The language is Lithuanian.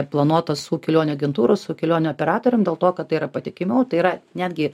planuotas su kelionių agentūros su kelionių operatorium dėl to kad tai yra patikimiau tai yra netgi